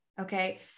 okay